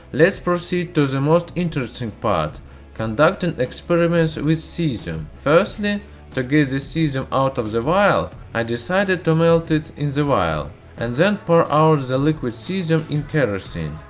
lets proceed to the most interesting part conducting experiments with cesium. firstly, to get the cesium out of the vial, i decided to melt it in the vial and then pour out the liquid cesium in kerosene.